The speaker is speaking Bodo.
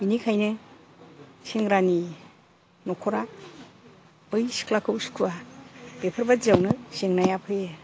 बिनिखायनो सेंग्रानि न'खरा बै सिख्लाखौ सुखुआ बेफोरबायदियावनो जेंनायाव फैयो